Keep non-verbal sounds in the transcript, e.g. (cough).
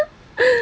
(laughs)